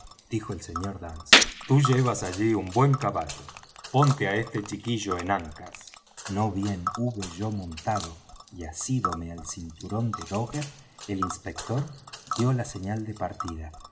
dijo el sr dance tú llevas allí un buen caballo ponte á este chiquillo en ancas no bien hube yo montado y asídome al cinturón de dogger el inspector dió la señal de partida